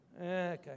Okay